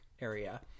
area